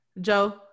Joe